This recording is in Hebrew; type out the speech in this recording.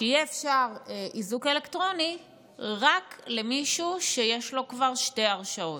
שיהיה אפשר איזוק אלקטרוני רק למישהו שיש לו כבר שתי הרשעות.